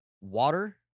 water